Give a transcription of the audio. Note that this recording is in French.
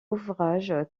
ouvrage